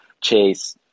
Chase